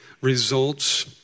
results